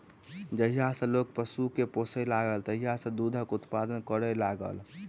जहिया सॅ लोक पशु के पोसय लागल तहिये सॅ दूधक उत्पादन करय लागल